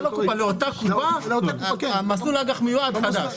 לא, לאותה קופה, במסלול אג"ח מיועד חדש.